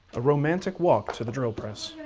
a romantic walk to the drill press.